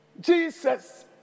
Jesus